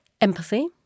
empathy